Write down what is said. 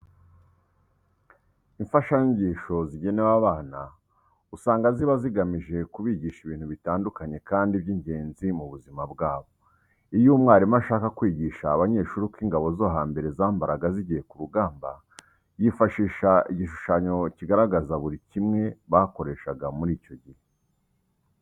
Imfashanyigisho zigenewe abana usanga riba rigamije kubigisha ibintu bitandukanye kandi by'ingenzi mu buzima bwabo. Iyo umwarimu ashaka kwigisha abanyeshuri uko ingabo zo hambere zambaraga zigiye ku rugamba yifashisha igishushanyo kigaragaza buri kimwe bakoreshaga muri icyo gihe.